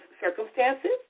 circumstances